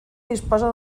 disposa